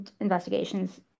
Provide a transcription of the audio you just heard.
investigations